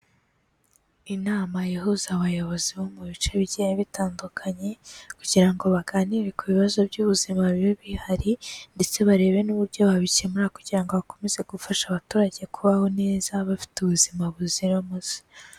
Inama ihuza abayobozi bo mu bice bigiye bitandukanye, kugira ngo baganire ku bibazo by'ubuzima biba bihari ndetse barebe n'uburyo babikemura kugira ngo bakomeze gufasha abaturage kubaho neza bafite ubuzima buzira umuze.